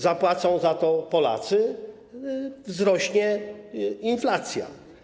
Zapłacą za to Polacy, wzrośnie inflacja.